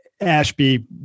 Ashby